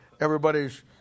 everybody's